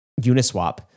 Uniswap